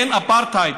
כן, אפרטהייד.